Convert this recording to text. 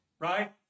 right